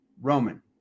Roman